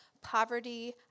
poverty